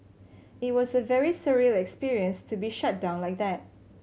it was a very surreal experience to be shut down like that